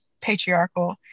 patriarchal